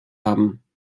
haben